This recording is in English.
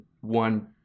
one